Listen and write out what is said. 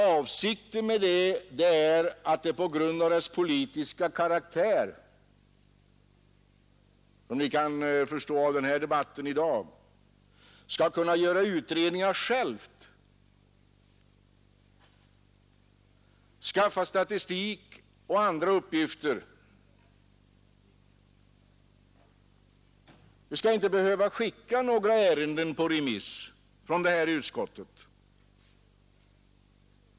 Avsikten med detta är att utskottet på grund av ärendenas politiska karaktär, som ni kan förstå av debatten i dag, skall kunna göra utredningar självt, skaffa statistik och andra uppgifter. Vi skall inte behöva skicka några ärenden på remiss från detta utskott.